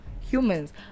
humans